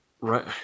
right